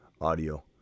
audio